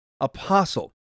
apostle